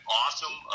awesome